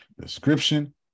Description